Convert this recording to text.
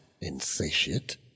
insatiate